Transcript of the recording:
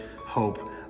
hope